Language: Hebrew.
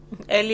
כבקשתי.